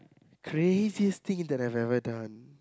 craziest thing that I've ever done